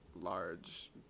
large